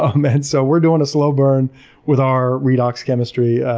um and so we're doing a slow burn with our redox chemistry,